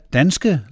danske